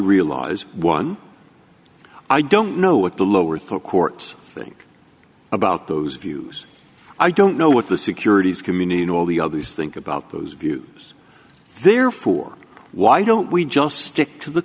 realize one i don't know what the lower thought courts think about those views i don't know what the securities community and all the others think about those views therefore why don't we just stick to the